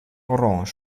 orange